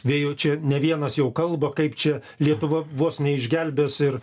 vėjo čia ne vienas jau kalba kaip čia lietuva vos neišgelbės ir